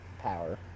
power